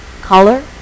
color